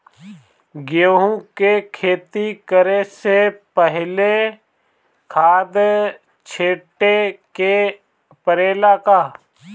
गेहू के खेती करे से पहिले खाद छिटे के परेला का?